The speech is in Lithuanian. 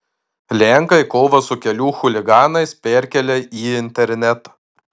lenkai kovą su kelių chuliganais perkelia į internetą